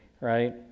right